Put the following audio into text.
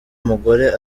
umugore